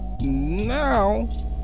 now